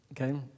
okay